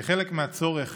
כחלק מהצורך